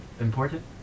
Important